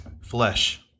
flesh